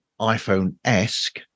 iphone-esque